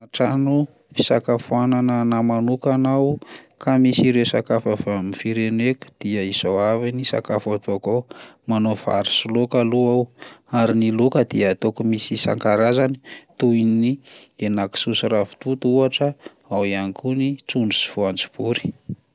Trano fisakafoanana anahy manokana aho ka misy ireo sakafo avy amin'ny fireneko dia izao avy ny sakafo ataoko ao: manao vary sy laoka aloha aho, ary ny laoka dia ataoko misy isan-karazany toy ny henan-kisoa sy ravitoto ohatra, ao ihany koa ny trondro sy voanjobory.